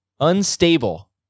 Unstable